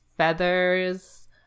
Feathers